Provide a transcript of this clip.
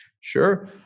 Sure